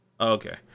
Okay